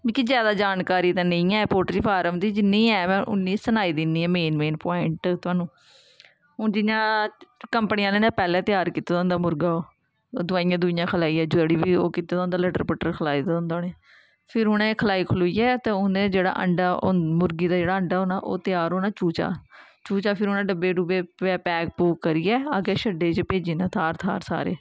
मिगी जादा जानकारी ते नेईं ऐ पोल्ट्री फार्म दी जिन्नी ऐ में उन्नी सनाई दिन्नी आं मेन मेन पवांईट तोआनू हून जियां कंपनी आह्ले ने पैह्लें त्यार कीते दा होंदा मुर्गा ओह् दवाईयां दुवाईयां खलाइयै जो बी लटर पटर खलाए दा होंदा उ'नें फिर उ'नें खलाई खलुइयै ते ओह् उ'नें जेह्ड़ा अंडा ओह् मुर्गी दा जेह्ड़ा अंडा होना ओह् त्यार होना चूचा चूचा फिर उ'नें डब्बे डुब्बे पैक पूक करियै अग्गें शैड्डे च भेजी ओड़ना थाह्र थाह्र सारे